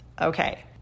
Okay